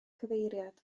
cyfeiriad